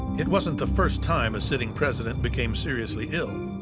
it wasn't the first time a sitting president became seriously ill.